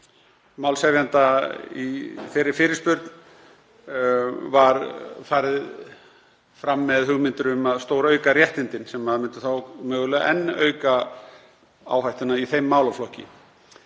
málshefjanda í þeirri fyrirspurn var farið fram með hugmyndir um að stórauka réttindin sem myndi mögulega enn auka áhættu í þeim málaflokki.